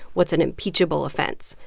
what's an impeachable offense?